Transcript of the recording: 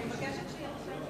אני מבקשת שיהיה שקט,